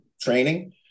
training